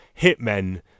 hitmen